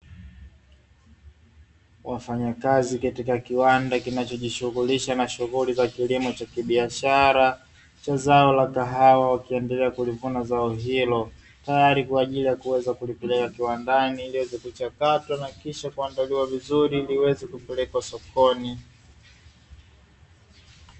Wafanyakazi katika kiwanda kinachojishughulisha na shughuli za kilimo cha kibiashara cha zao la kahawa, wakiendelea kulivuna zao hilo, tayari kwa ajili ya kuweza kulipeleka kiwandani ili kuchakatwa na kisha kuandaliwa vizuri ili iweze kupelekwa sokoni.